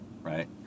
right